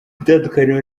itandukaniro